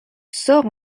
sort